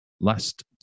last